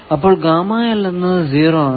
അപ്പോൾ എന്നത് 0 ആണ്